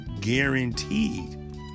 guaranteed